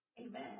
Amen